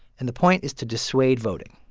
and the point is to dissuade voting